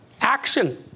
Action